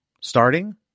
starting